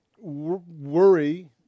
worry